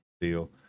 deal